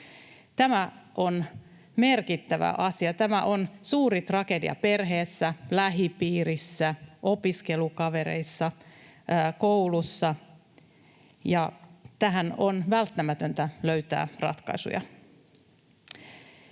Tämä on merkittävä asia. Tämä on suuri tragedia perheessä, lähipiirissä, opiskelukavereille, koulussa, ja tähän on välttämätöntä löytää ratkaisuja.